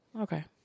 Okay